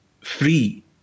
free